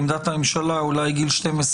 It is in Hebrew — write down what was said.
לעמדת הממשלה ואולי גיל 12,